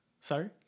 Sorry